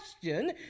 question